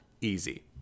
easy